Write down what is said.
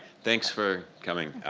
thanks for coming.